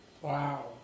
Wow